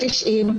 90,